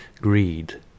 greed